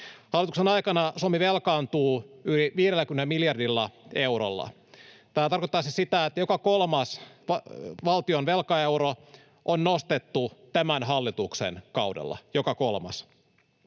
Hallituksen aikana Suomi velkaantuu yli 50 miljardilla eurolla. Tämähän tarkoittaa siis sitä, että joka kolmas valtion velkaeuro on nostettu tämän hallituksen kaudella — joka kolmas.